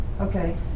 Okay